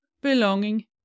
belonging